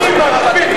מי מקפיא?